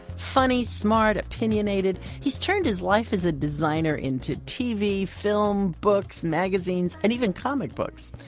funny, smart, opinionated, he's turned his life as a designer into tv, film, books, magazines and even comic books.